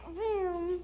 room